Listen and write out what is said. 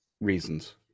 reasons